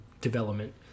development